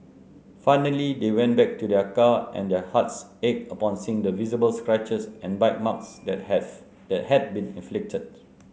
finally they went back to their car and their hearts ached upon seeing the visible scratches and bite marks that has that had been inflicted